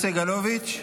סגלוביץ'